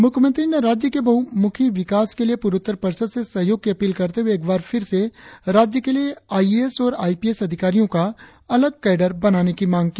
मुख्यमंत्री ने राज्य के बहुमुखी विकास के लिए पूर्वोत्तर परिषद से सहयोग की अपील करते हुए एक बार फिर से राज्य के लिए आई ए एस और आई पी एस अधिकारियों का अलग कैडर बनाने की मांग की